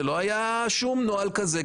לא היה שום נוהל כזה.